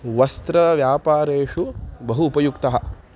वस्त्रव्यापारेषु बहु उपयुक्तः